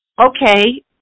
Okay